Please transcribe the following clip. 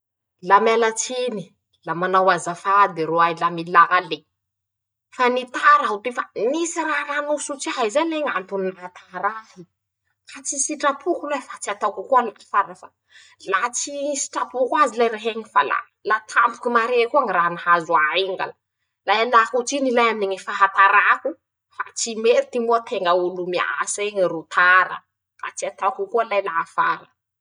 La miala tsiny, la manao azafady roahy, la milaly, fa nitara aho toy, fa nisy raha nanosots'ahy zay le ñ'antony nahatara ahy, ka tsy sitrapoko lay fa tsy ataoko koa laa afara, la tsy sitrapoko azy lay rah'eñy, fa la la tampoky maré koa ñy raha nahazo ah'iñy la, la ialako tsiny lay aminy ñy fahatarako fa tsy mety moa teña olo mias'eñy ro tara, ka tsy ataoko koa lay la afara.